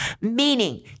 meaning